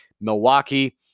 Milwaukee